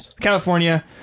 California